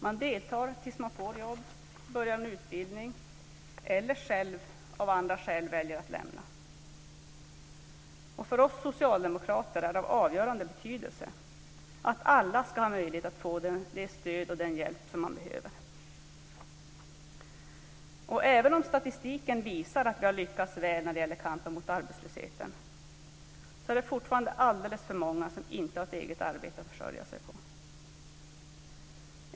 Man deltar tills man får jobb, börjar en utbildning eller själv av andra skäl väljer att lämna åtgärden. För oss socialdemokrater är det av avgörande betydelse att alla ska ha möjlighet att få det stöd och den hjälp som man behöver. Även om statistiken visar att vi har lyckats väl i kampen mot arbetslösheten är det fortfarande alldeles för många som inte har ett eget arbete att försörja sig på.